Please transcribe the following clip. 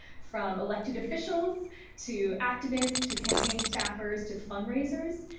from elected officials to activists to campaign staffers to fundraisers.